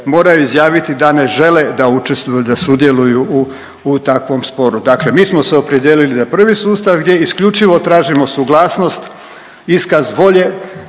moraj izjaviti da ne žele da učestvuju da sudjeluju u takvom sporu. Dakle, mi smo se opredijelili za prvi sustav gdje isključivo tražimo suglasnost iskaz volje